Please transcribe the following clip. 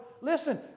Listen